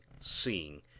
seeing